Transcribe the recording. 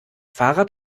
fahrrad